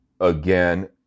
Again